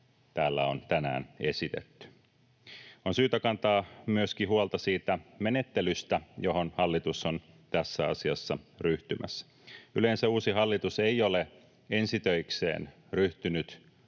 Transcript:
täällä on tänään esitetty. On syytä kantaa myöskin huolta siitä menettelystä, johon hallitus on tässä asiassa ryhtymässä. Yleensä uusi hallitus ei ole ensi töikseen ryhtynyt muuttamaan